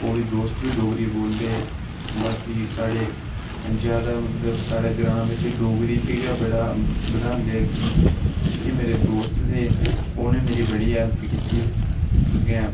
ओह् बी दोस्त बी डोगरी बोलदे बाकी साढ़े जादा मतलब साढ़े ग्रांऽ बिच डोगरी च गै बड़ा बधांदे अग्गै जेह्के मेरे दोस्त हे उ'नें मेरी बड़ी हैल्प कीती अग्गै